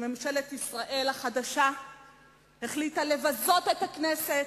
שממשלת ישראל החדשה החליטה לבזות את הכנסת,